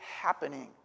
happening